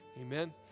Amen